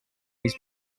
his